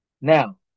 now